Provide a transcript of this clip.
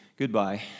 Goodbye